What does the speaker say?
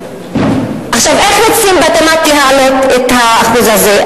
עכשיו, איך רוצים בתמ"ת להעלות את האחוז הזה?